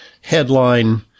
headline